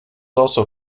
also